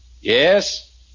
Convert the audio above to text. Yes